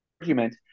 argument